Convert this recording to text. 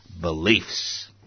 beliefs